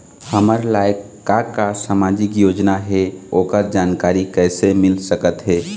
हमर लायक का का सामाजिक योजना हे, ओकर जानकारी कइसे मील सकत हे?